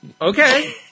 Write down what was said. Okay